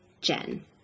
Jen